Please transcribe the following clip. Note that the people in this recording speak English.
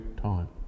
time